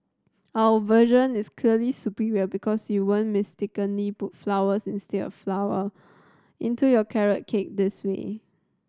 our version is clearly superior because you won't mistakenly put flowers instead of flour into your carrot cake this way